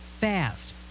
fast